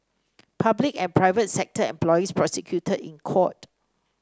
public and private sector employees prosecuted in court